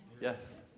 Yes